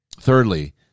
Thirdly